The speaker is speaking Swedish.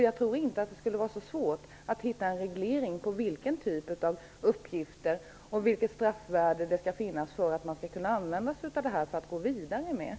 Jag tror inte att det skulle vara så svårt att reglera vilken typ av uppgifter och vilket straffvärde som skall gälla för att man skall kunna använda sig av avlyssning.